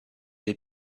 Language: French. les